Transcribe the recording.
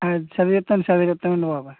చదివిస్తాం చదివిస్తాం అండి బాబు